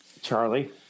Charlie